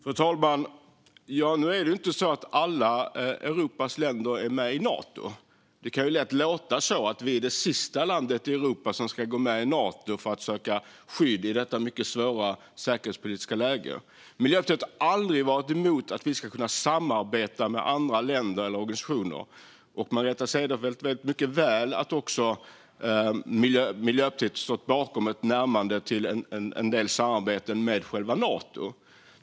Fru talman! Alla Europas länder är inte med i Nato. Det kan lätt låta som att Sverige är det sista landet i Europa som ska gå med i Nato för att söka skydd i detta mycket svåra säkerhetspolitiska läge. Miljöpartiet har aldrig varit emot att samarbeta med andra länder eller organisationer. Margareta Cederfelt vet mycket väl att också Miljöpartiet har stått bakom ett närmande till en del samarbete med Nato.